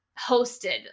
hosted